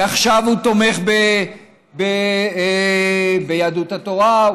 ועכשיו הוא תומך ביהדות התורה,